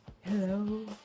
Hello